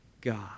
God